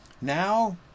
Now